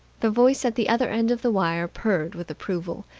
the voice at the other end of the wire purred with approval.